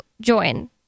join